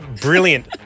brilliant